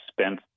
spent